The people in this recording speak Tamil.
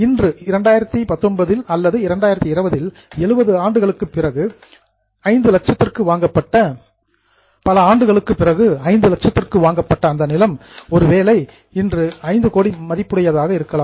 இன்று 2019 இல் அல்லது 2020 இல் 70 ஆண்டுகளுக்குப் பிறகு 5 லட்சத்திற்கு வாங்கப்பட்ட அந்த நிலம் ஒருவேளை இன்று 5 கோடி மதிப்புடையதாக இருக்கலாம்